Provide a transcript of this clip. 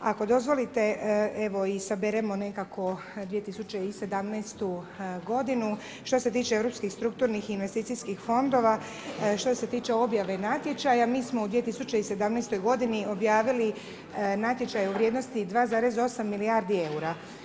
Ako dozvolite evo i saberemo nekako 2017. godinu, što se tiče europskih strukturnih, investicijskih fondova, što se tiče objave natječaja, mi smo u 2017. godini objavili natječaje u vrijednosti 2,8 milijardi eura.